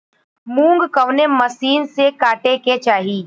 मूंग कवने मसीन से कांटेके चाही?